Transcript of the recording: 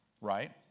right